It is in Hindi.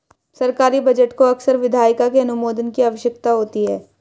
सरकारी बजट को अक्सर विधायिका के अनुमोदन की आवश्यकता होती है